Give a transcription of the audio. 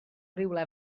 rywle